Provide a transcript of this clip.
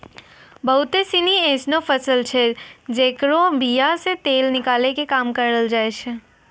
बहुते सिनी एसनो फसल छै जेकरो बीया से तेल निकालै के काम करलो जाय छै